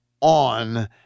on